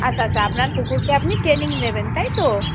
আচ্ছা আচ্ছা আপনার কুকুরকে আপনি ট্রেনিং দেবেন তাই তো